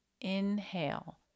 inhale